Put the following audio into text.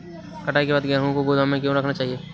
कटाई के बाद गेहूँ को गोदाम में क्यो रखना चाहिए?